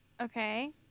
Okay